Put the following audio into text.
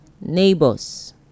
Neighbors